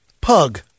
Pug